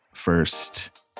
first